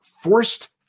forced